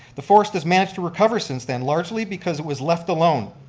the forest has managed to recover since then largely because it was left alone.